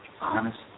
honest